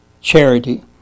charity